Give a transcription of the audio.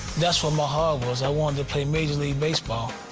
that's where my heart was. i wanted to play major league baseball.